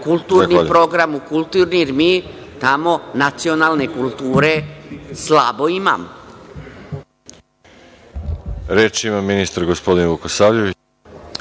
kulturni program, jer mi tamo nacionalne kulture slabo imamo.